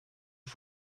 ele